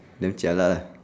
damn jialat ah